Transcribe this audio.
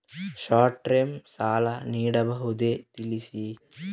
Short time ಸಾಲ ನೀಡಬಹುದೇ ತಿಳಿಸಿ?